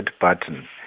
button